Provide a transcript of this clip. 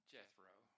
Jethro